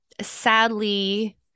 Sadly